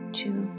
two